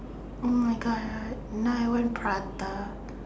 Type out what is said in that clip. oh my God now I want prata